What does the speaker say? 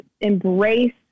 embrace